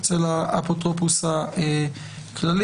אצל האפוטרופוס הכללי.